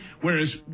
Whereas